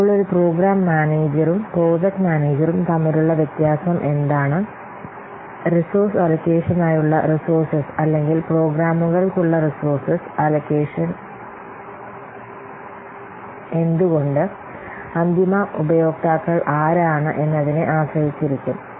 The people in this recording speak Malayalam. ഇപ്പോൾ ഒരു പ്രോഗ്രാം മാനേജരും പ്രോജക്ട് മാനേജരും തമ്മിലുള്ള വ്യത്യാസം എന്താണ് റിസോഴ്സ് അലോക്കേഷനായുള്ള റിസോഴ്സസ് അല്ലെങ്കിൽ പ്രോഗ്രാമുകൾക്കുള്ള റിസോഴ്സ് അലോക്കേഷൻ എന്തുകൊണ്ട് അന്തിമ ഉപയോക്താക്കൾ ആരാണ് എന്നതിനെ ആശ്രയിച്ചിരിക്കും